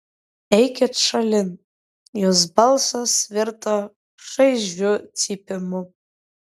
eikit šalin jos balsas virto šaižiu cypimu